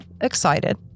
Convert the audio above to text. excited